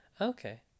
okay